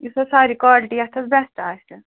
یُس حظ ساری کالٹی یَتھ حظ بٮ۪سٹ آسہِ